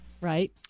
Right